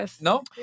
No